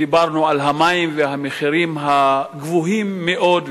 דיברנו על המים והמחירים הגבוהים מאוד,